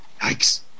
Yikes